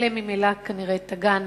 אלה ממילא כנראה תגענה.